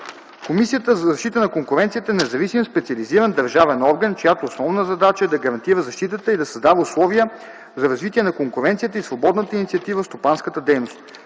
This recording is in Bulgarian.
Комисията за защита на конкуренцията е независим специализиран държавен орган, чиято основна задача е да гарантира защитата и да създава условия за развитие на конкуренцията и свободната инициатива в стопанската дейност,